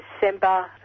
December